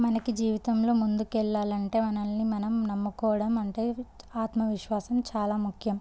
మనకి జీవితంలో ముందుకి వెళ్ళాలంటే మనల్ని మనం నమ్ముకోవడం అంటే ఆత్మవిశ్వాసం చాలా ముఖ్యం